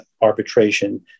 arbitration